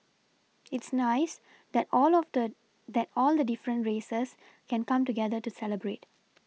it's nice that all of the that all the different races can come together to celebrate